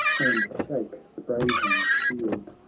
and shake the brazen shield.